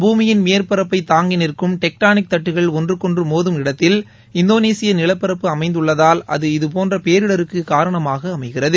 பூமியின் மேற்பரப்பை தாங்கி நிற்கும் டெக்டானிக் தட்டுகள் ஒன்றுக்குகொன்று மோதும் இடத்தில் இந்தோனேஷிய நிலப்பரப்பு அமைந்துள்ளதால் அது இதுபோன்ற பேரிடருக்கு காரணமாக அமைகிறது